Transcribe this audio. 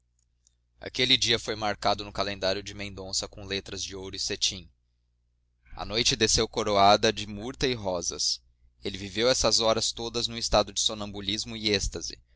aquele dia foi marcado no calendário de mendonça com letras de ouro e cetim a noite desceu coroada de murta e rosas ele viveu essas horas todas num estado de sonambulismo e êxtase